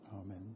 Amen